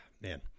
Man